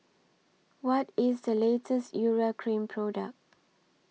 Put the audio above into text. What IS The latest Urea Cream Product